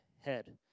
head